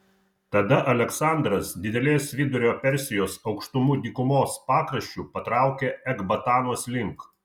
tada aleksandras didelės vidurio persijos aukštumų dykumos pakraščiu patraukė ekbatanos link